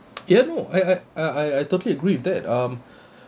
ya no I I I I totally agree with that um